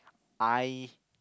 I